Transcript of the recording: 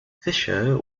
fischer